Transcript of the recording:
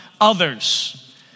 others